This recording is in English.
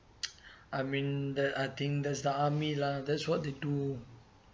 I mean the I think that's the army lah that's what they do